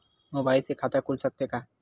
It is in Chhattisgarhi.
मुबाइल से खाता खुल सकथे का?